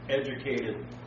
educated